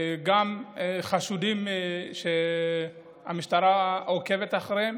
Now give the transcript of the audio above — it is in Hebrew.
גם חשודים שהמשטרה עוקבת אחריהם.